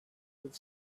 with